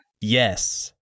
Yes